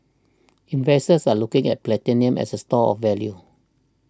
investors are looking at platinum as a store of value